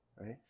right